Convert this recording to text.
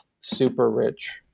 super-rich